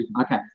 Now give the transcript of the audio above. Okay